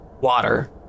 water